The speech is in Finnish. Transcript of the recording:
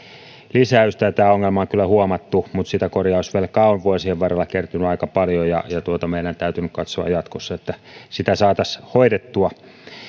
lisäystä että tämä ongelma on kyllä huomattu mutta korjausvelkaa on vuosien varrella kertynyt aika paljon ja meidän täytyy katsoa jatkossa että sitä saataisiin hoidettua